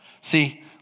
See